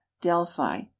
delphi